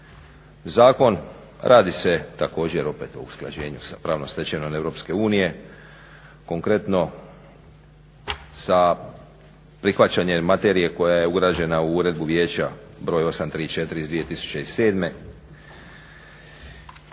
zakon. Radi se također opet o usklađenju sa pravnom stečevinom EU, konkretno sa prihvaćanjem materije koja je ugrađena u Uredbu vijeća br. 834/2007.